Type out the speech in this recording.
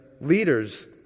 leaders